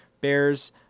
Bears